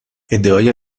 ادعای